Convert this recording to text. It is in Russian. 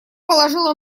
положила